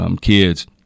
kids